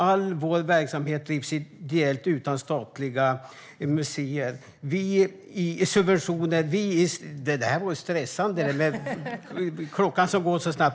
All vår verksamhet drivs ideellt och utan statliga subventioner. Vi i ." Det här var stressande, klockan går så snabbt.